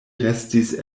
restis